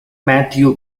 matthew